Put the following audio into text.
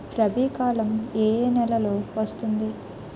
రబీ కాలం ఏ ఏ నెలలో వస్తుంది?